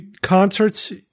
Concerts